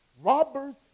robbers